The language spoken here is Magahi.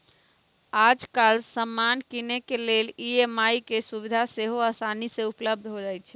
याजकाल समान किनेके लेल ई.एम.आई के सुभिधा सेहो असानी से उपलब्ध हो जाइ छइ